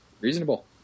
reasonable